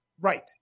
Right